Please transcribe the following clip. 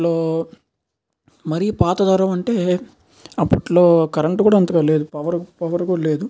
అప్పట్లో మరీ పాత తరం అంటే అప్పట్లో కరెంటు కూడా అంతగా లేదు పవర్ పవర్ కూడా లేదు